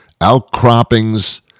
outcroppings